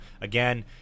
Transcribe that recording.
again